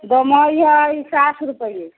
बम्बइ है साठि रुपैआ